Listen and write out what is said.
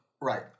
right